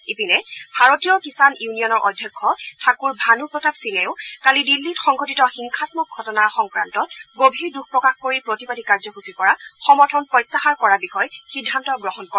ইপিনে ভাৰতীয় কিষাণ ইউনিয়নৰ অধ্যক্ষ ঠাকূৰ ভানু প্ৰতাপ সিঙেও কালি দিল্লীত সংঘটিত হিংসামক ঘটনা সংক্ৰান্তত গভীৰ দুখ প্ৰকাশ কৰি প্ৰতিবাদী কাৰ্যসূচীৰ পৰা সমৰ্থন প্ৰত্যাহাৰ কৰাৰ বিষয়ে সিদ্ধান্ত গ্ৰহণ কৰে